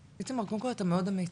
איתמר, קודם כל, אתה מאוד אמיץ.